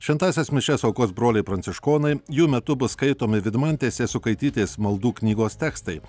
šventąsias mišias aukos broliai pranciškonai jų metu bus skaitomi vidmantės jasukaitytės maldų knygos tekstai